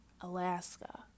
Alaska